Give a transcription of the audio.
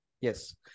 yes